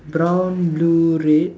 brown blue red